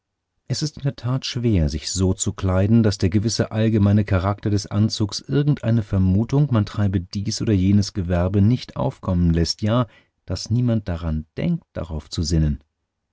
es ist in der tat schwer sich so zu kleiden daß der gewisse allgemeinere charakter des anzuges irgendeine vermutung man treibe dies oder jenes gewerbe nicht aufkommen läßt ja daß niemand daran denkt darauf zu sinnen